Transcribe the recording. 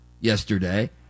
yesterday